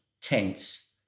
tense